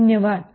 धन्यवाद